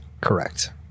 Correct